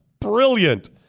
brilliant